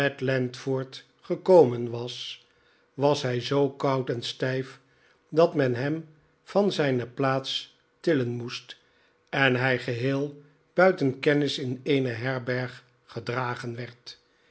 ford gekomen was was hij zoo koud en stijf dat men hem van zijne plaats tillen moest en hij geheel buiten kennis in eene herberg gedragen werd